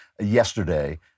yesterday